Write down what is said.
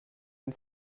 den